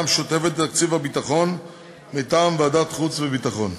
המשותפת לתקציב הביטחון מטעם ועדת החוץ והביטחון.